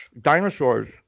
dinosaurs